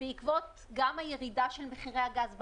גם בעקבות הירידה של מחירי הגז בעולם,